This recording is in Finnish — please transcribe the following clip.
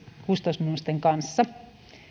kustannusten kanssa